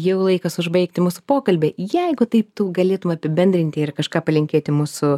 jau laikas užbaigti mūsų pokalbį jeigu tai tų galėtum apibendrinti ir kažką palinkėti mūsų